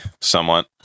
somewhat